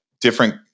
different